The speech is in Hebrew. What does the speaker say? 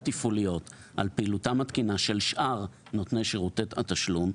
תפעוליות על פעילותן התקינה של שאר נותני שירותי התשלום,